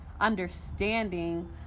understanding